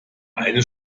eine